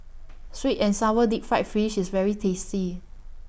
Sweet and Sour Deep Fried Fish IS very tasty